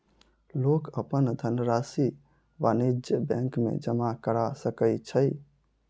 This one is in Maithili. लोक अपन धनरशि वाणिज्य बैंक में जमा करा सकै छै